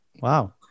Wow